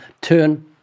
turn